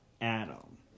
Adam